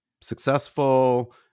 successful